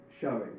showing